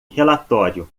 relatório